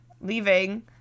leaving